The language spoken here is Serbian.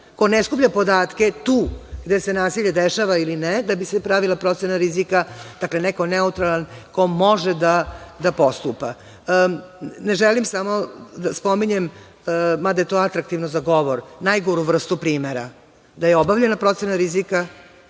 ko ne skuplja podatke tu gde se nasilje dešava ili ne, da bi se pravila procena rizika, dakle, neko neutralan ko može da postupa. Ne želim samo da spominjem, mada je to atraktivno za govor, najgoru vrstu primera - da je obavljena procena rizika,